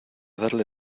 darle